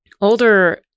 older